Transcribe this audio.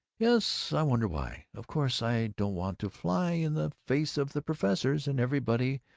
yes, i wonder why. of course i don't want to fly in the face of the professors and everybody,